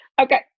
Okay